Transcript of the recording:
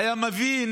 היה מבין